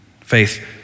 Faith